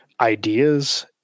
ideas